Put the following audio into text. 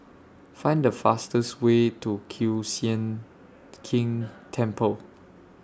Find The fastest Way to Kiew Sian King Temple